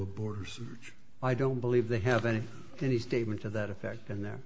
a borders which i don't believe they have any any statement to that effect in there